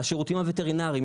השירותים הווטרינרים,